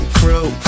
crew